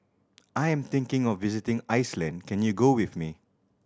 I am thinking of visiting Iceland can you go with me